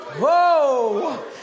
Whoa